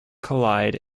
collide